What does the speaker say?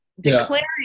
declaring